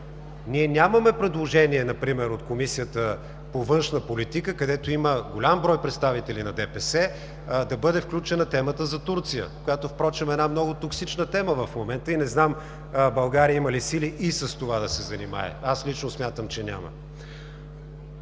Ние нямаме предложение, например от Комисията по външна политика, където има голям брой представители на ДПС да бъде включена темата за Турция, която, между другото, е една много токсична тема в момента и не знам България има ли сили и с това да се занимава. Аз лично смятам, че няма.